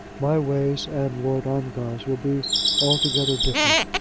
my ways and lord ongar's will be altogether different,